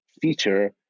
feature